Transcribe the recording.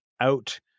out